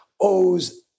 owes